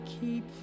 keep